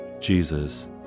jesus